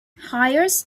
hires